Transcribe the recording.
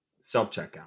Self-checkout